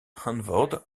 antwoord